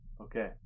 Okay